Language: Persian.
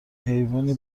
حیوونی